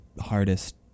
hardest